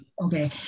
Okay